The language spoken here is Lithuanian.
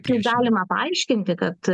tai galima paaiškinti kad